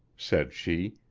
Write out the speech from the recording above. said she,